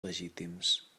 legítims